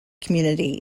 community